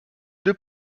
deux